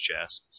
chest